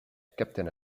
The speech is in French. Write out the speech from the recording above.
captain